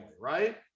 right